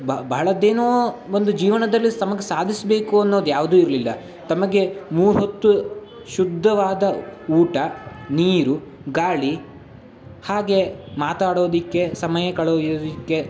ಬ ಬಹಳದ್ದೇನೋ ಒಂದು ಜೀವನದಲ್ಲಿ ನಮಗ್ ಸಾಧಿಸಬೇಕು ಅನ್ನೋದು ಯಾವುದೂ ಇರಲಿಲ್ಲ ತಮಗೆ ಮೂರು ಹೊತ್ತು ಶುದ್ಧವಾದ ಊಟ ನೀರು ಗಾಳಿ ಹಾಗೇ ಮಾತಾಡೋದಕ್ಕೆ ಸಮಯ ಕಳೆಯೋದಕ್ಕೆ